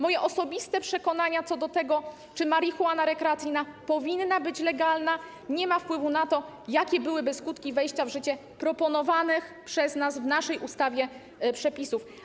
Moje osobiste przekonania co do tego, czy marihuana rekreacyjna powinna być legalna, nie ma wpływu na to, jakie byłyby skutki wejścia w życie proponowanych przez nas, w naszej ustawie przepisów.